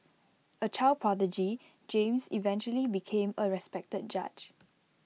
A child prodigy James eventually became A respected judge